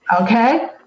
Okay